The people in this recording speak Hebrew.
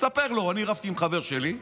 תספר לו: אני רבתי עם חבר שלי,